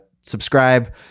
Subscribe